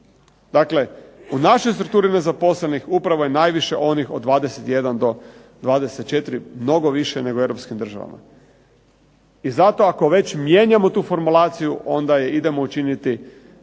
Dakle, u našoj strukturi nezaposlenih upravo je najviše onih od 21 do 24, mnogo više nego u europskim državama. I zato ako već mijenjamo tu formulaciju, onda je idemo učiniti.